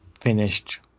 Finished